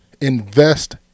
invest